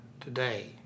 Today